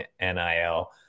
NIL